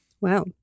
Wow